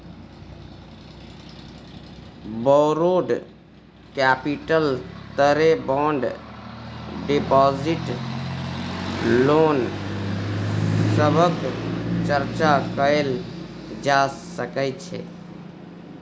borrowed capital तरे bond deposit loan सभक चर्चा कएल जा सकइ छै